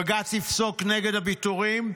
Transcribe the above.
בג"ץ יפסוק נגד הפיטורים,